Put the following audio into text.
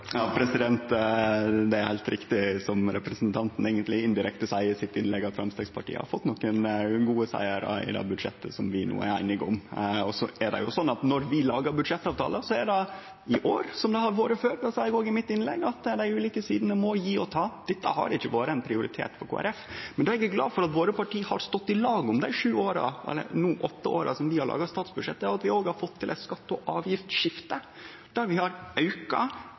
Det er heilt riktig, som representanten eigentleg indirekte seier i sitt innlegg, at Framstegspartiet har fått nokre gode sigrar i dette budsjettet som vi no er einige om. Så er det slik at når vi lagar budsjettavtalar, er det i år som det har vore før, og det sa eg òg i mitt innlegg, at dei ulike sidene må gje og ta. Dette har ikkje vore ein prioritet for Kristeleg Folkeparti. Det eg er glad for at våre parti har stått i lag om dei åtte åra vi har laga statsbudsjett, er at vi har fått til eit skatte- og avgiftsskifte der vi har auka